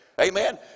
amen